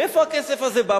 מאיפה הכסף הזה בא?